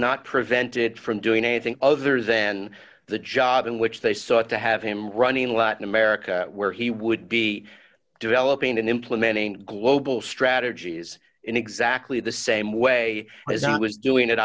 not prevented from doing anything other than the job in which they sought to have him running in latin america where he would be developing and implementing global strategies in exactly the same way as it was doing